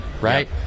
Right